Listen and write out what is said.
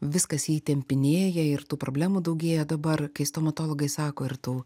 viskas jį įtempinėja ir tų problemų daugėja dabar kai stomatologai sako ir tų